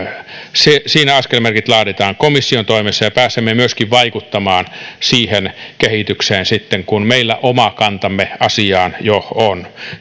siinä askelmerkit laaditaan komission toimesta ja pääsemme myöskin vaikuttamaan siihen kehitykseen sitten kun meillä oma kantamme ja strategia asiaan jo on